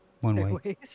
one-way